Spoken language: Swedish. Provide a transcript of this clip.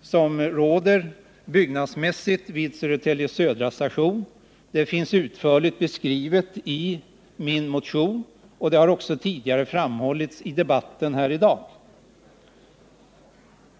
som råder vid Södertälje Södra — de har utförligt beskrivits i min motion, och det har framhållits tidigare i debatten i dag.